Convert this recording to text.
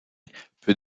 peut